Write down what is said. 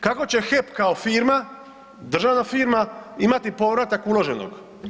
Kako će HEP kao firma, državan firma, imati povratak uloženog?